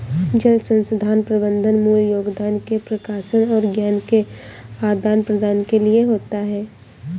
जल संसाधन प्रबंधन मूल योगदान के प्रकाशन और ज्ञान के आदान प्रदान के लिए होता है